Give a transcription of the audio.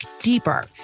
deeper